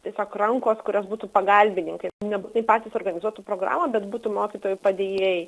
tiesiog rankos kurios būtų pagalbininkai nebūtinai patys organizuotų programą bet būtų mokytojų padėjėjai